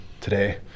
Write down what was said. today